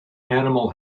animal